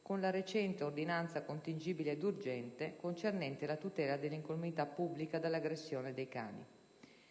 con la recente "ordinanza contingibile ed urgente concernente la tutela dell'incolumità pubblica dall'aggressione dei cani".